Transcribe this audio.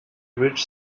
rich